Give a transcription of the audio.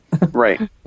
Right